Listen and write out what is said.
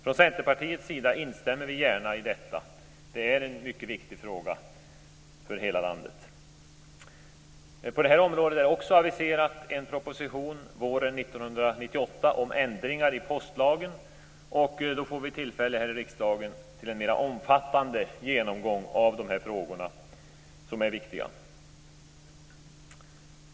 Från Centerpartiets sida instämmer vi gärna i detta. Det är en mycket viktig fråga för hela landet. På det här området är det också aviserat en proposition våren 1998 om ändringar i postlagen. Då får vi tillfälle här i riksdagen till en mer omfattande genomgång av de här frågorna, som är viktiga.